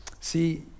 See